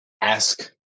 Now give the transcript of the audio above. ask